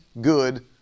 good